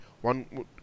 One